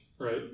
right